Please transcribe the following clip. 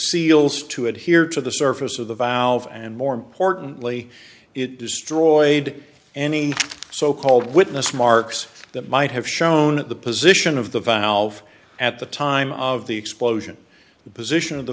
seals to adhere to the surface of the valves and more importantly it destroyed any so called witness marks that might have shown the position of the valve at the time of the explosion the position of the